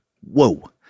Whoa